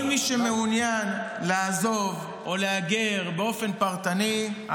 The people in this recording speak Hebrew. כל מי שמעוניין לעזוב או להגר באופן פרטני,